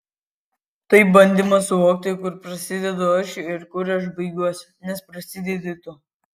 tai bandymas suvokti kur prasidedu aš ir kur aš baigiuosi nes prasidedi tu